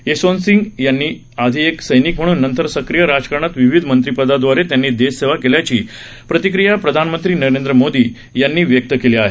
जसवंतसिंग यांनी आधी एक सैनिक म्हणून तर नंतर सक्रीय राजकारणात विविध मंत्रिपदांदवारे त्यांनी देशसेवा केल्याची प्रतिक्रिया प्रधानमंत्री नरेंद्र मोदी यांनी व्यक्त केली आहे